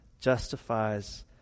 justifies